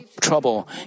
trouble